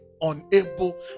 unable